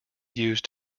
used